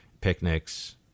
picnics